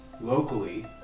locally